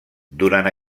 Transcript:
durant